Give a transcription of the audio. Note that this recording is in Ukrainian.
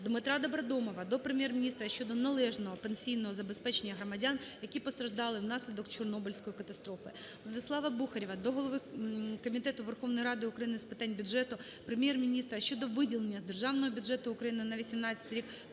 ДмитраДобродомова до Прем'єр-міністра щодо належного пенсійного забезпечення громадян, які постраждали внаслідок Чорнобильської катастрофи. ВладиславаБухарєва до голови Комітету Верховної Ради України з питань бюджету, Прем'єр-міністра щодо виділення з Державного бюджету України на 2018 рік